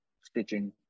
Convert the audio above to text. stitching